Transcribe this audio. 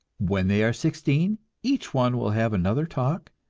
when they are sixteen each one will have another talk,